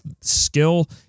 skill